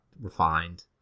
refined